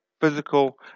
physical